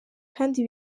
kandi